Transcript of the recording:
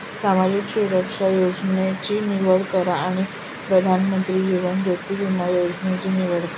सामाजिक सुरक्षा योजनांची निवड करा आणि प्रधानमंत्री जीवन ज्योति विमा योजनेची निवड करा